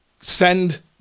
send